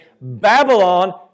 Babylon